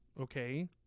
okay